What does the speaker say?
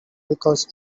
because